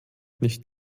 nicht